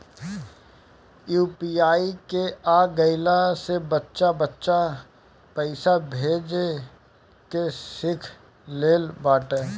UPI के आ गईला से बच्चा बच्चा पईसा भेजे के सिख लेले बाटे